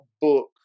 book